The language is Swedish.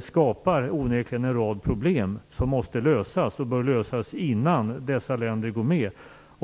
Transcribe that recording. skapar onekligen en rad problem som måste lösas och som bör lösas innan dessa länder går med.